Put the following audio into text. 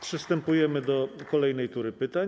Przystępujemy do kolejnej tury pytań.